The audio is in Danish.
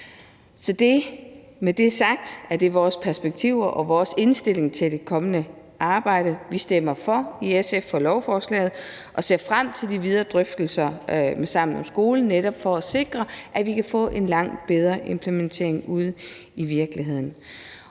Med det sagt er det vores perspektiver og vores indstilling i forhold til det kommende arbejde. Vi stemmer i SF for lovforslaget og ser frem til de videre drøftelser med Sammen om Skolen for netop at sikre, at vi kan få en langt bedre implementering ude i virkeligheden.